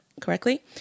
correctly